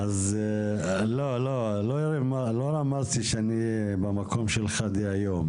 לא רמזתי שאני במקום שלך דהיום,